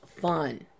fun